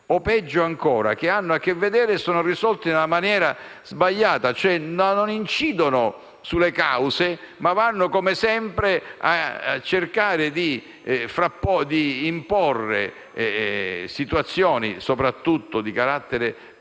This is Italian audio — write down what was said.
peggio ancora, con esso hanno a che vedere e sono risolti nella maniera sbagliata, non incidendo cioè sulle cause ma andando, come sempre, a cercare di imporre situazioni, soprattutto di carattere penale,